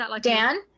Dan